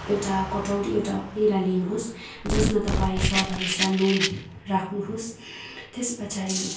एउटा कटौरी एउटा पेला लिनुहोस् जसमा तपाईँ स्वादअनुसार नुन राख्नुहोस् त्यस पछाडि